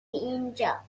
اینجا